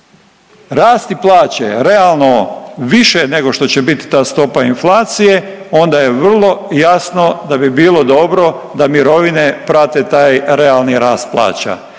rasti plaće realno više nego što će biti ta stopa inflacije, onda je vrlo jasno da bi bilo dobro da mirovine prate taj realni rast plaća